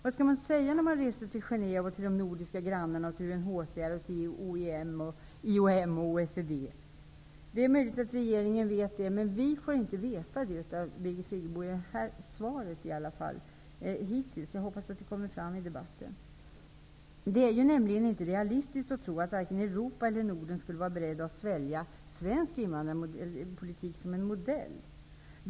Vad man skall säga när man kontaktar Genève, de nordiska grannarna, UNHCR, OECD och andra? Det är möjligt att regeringen vet det, men vi har i alla fall inte hittills, genom det här svaret, fått veta det av Birgit Friggebo. Jag hoppas att det kommer att framgå av debatten som följer. Det är inte realistiskt att tro att vare sig Europa eller Norden skulle vara beredd att svälja svensk invandrarpolitik som modell.